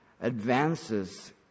advances